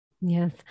Yes